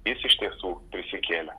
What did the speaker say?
jis iš tiesų prisikėlė